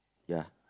ya